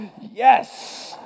Yes